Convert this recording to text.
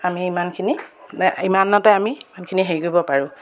আমি ইমানখিনি মানে ইমানতে আমি এইখিনি হেৰি কৰিব পাৰোঁ